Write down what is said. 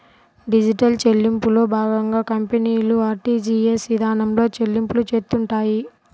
digital చెల్లింపుల్లో భాగంగా కంపెనీలు ఆర్టీజీయస్ ఇదానంలో చెల్లింపులు చేత్తుంటాయి